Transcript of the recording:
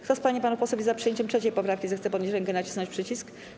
Kto z pań i panów posłów jest za przyjęciem 3. poprawki, zechce podnieść rękę i nacisnąć przycisk.